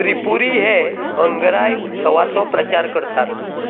त्रिपुरी हे हंगराय उत्सवाचो प्रचार करतात